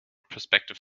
prospective